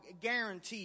guaranteed